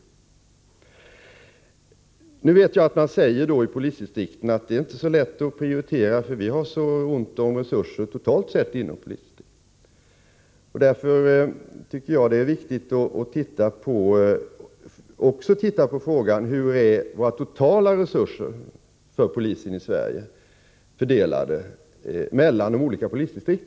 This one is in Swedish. Jag vet att man i polisdistrikten säger att det inte är så lätt att prioritera, eftersom det är ont om resurser inom polisväsendet. Därför tycker jag det är viktigt att också se på hur de totala resurserna för polisväsendet i Sverige är fördelade mellan olika polisdistrikt.